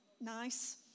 Nice